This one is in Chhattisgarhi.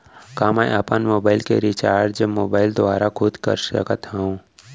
का मैं अपन मोबाइल के रिचार्ज मोबाइल दुवारा खुद कर सकत हव?